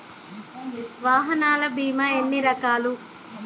వాహనాల బీమా ఎన్ని రకాలు?